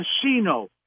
casino